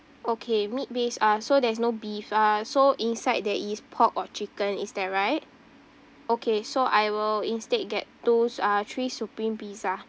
okay meat based uh so there's no beef uh so inside there is pork or chicken is that right okay so I will instead get two uh three supreme pizza